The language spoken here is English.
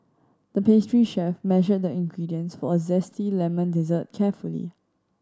the pastry chef measured the ingredients for a zesty lemon dessert carefully